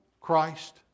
Christ